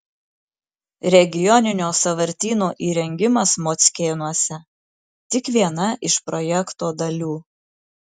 regioninio sąvartyno įrengimas mockėnuose tik viena iš projekto dalių